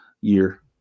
year